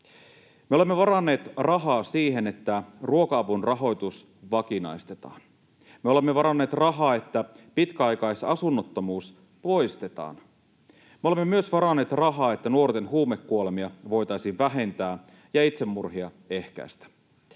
Me olemme varanneet rahaa siihen, että ruoka-avun rahoitus vakinaistetaan. Me olemme varanneet rahaa, että pitkäaikaisasunnottomuus poistetaan. Me olemme myös varanneet rahaa, että nuorten huumekuolemia voitaisiin vähentää ja itsemurhia ehkäistä.